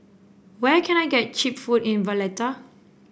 where can I get cheap food in Valletta